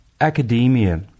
academia